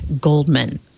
Goldman